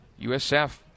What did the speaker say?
USF